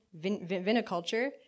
viniculture